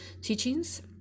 teachings